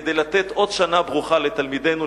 כדי לתת עוד שנה ברוכה לתלמידינו,